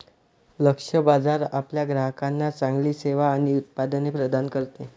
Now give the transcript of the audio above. लक्ष्य बाजार आपल्या ग्राहकांना चांगली सेवा आणि उत्पादने प्रदान करते